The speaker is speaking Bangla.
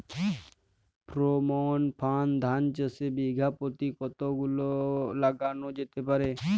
ফ্রেরোমন ফাঁদ ধান চাষে বিঘা পতি কতগুলো লাগানো যেতে পারে?